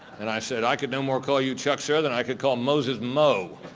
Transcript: and i said i could no more call you chuck sir than i could call moses mo.